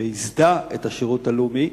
שייסדה את השירות הלאומי,